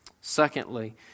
Secondly